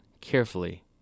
carefully